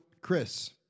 Chris